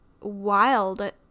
wild